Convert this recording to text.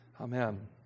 Amen